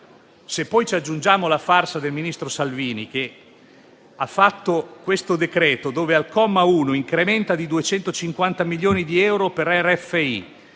Paese. Aggiungiamo poi la farsa del ministro Salvini, che ha fatto questo decreto dove, al comma 1, incrementa di 250 milioni di euro il